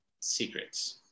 secrets